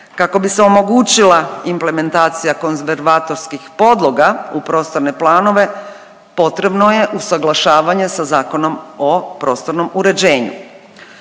Kako bi se omogućila implementacija konzervatorskih podloga u prostorne planove, potrebno je usuglašavanje sa Zakonom o prostornom uređenju.